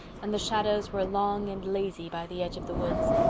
and the shadows were long and lazy by the edge of the woods.